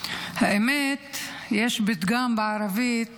למען האמת, יש פתגם בערבית